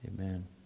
Amen